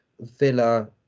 Villa